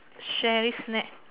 Sherry's snack